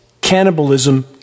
Cannibalism